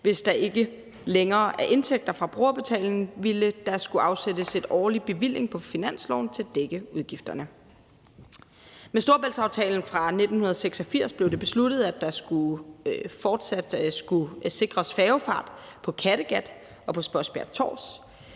Hvis der ikke længere er indtægter fra brugerbetaling, ville der skulle afsættes en årlig bevilling på finansloven til at dække udgifterne. Med Storebæltsaftalen fra 1986 blev det besluttet, at der fortsat skulle sikres færgefart på Kattegat og på Spodsbjerg-Tårs.